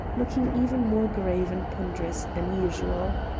looking even more grave and ponderous than usual.